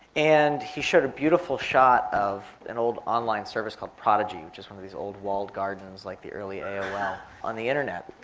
and he showed a beautiful shot of an old online service called prodigy, which is one of these old walled gardens like the early aol on the internet.